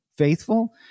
Faithful